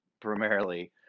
primarily